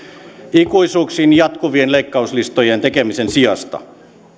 ikuisuuksiin jatkuvien leikkauslistojen tekemisen sijasta